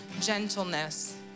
gentleness